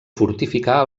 fortificar